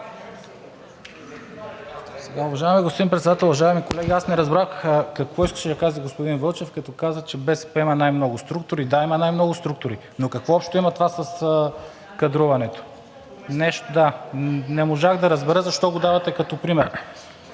Уважаеми господин Председател, уважаеми колеги! Аз не разбрах какво искаше да каже господин Вълчев, като каза, че БСП има най-много структури. Да, има най-много структури, но какво общо има това с кадруването? Не можах да разбера защо го давате като пример.